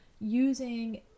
using